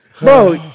Bro